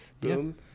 boom